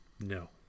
no